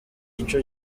ico